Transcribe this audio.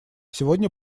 сегодня